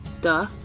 Duh